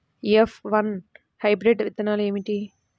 F one hybrid విత్తనాలు ఏమిటి?